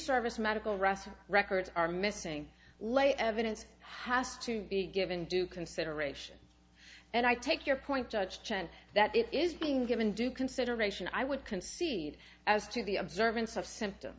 service medical rescue records are missing lay evidence has to be given due consideration and i take your point judge chen that it is being given due consideration i would concede as to the observance of symptoms